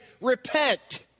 Repent